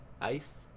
Ice